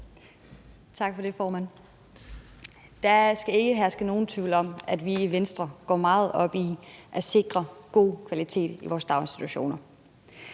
Tak for det, formand. Der skal ikke herske nogen tvivl om, at vi i Venstre går meget op i at sikre god kvalitet i vores daginstitutioner.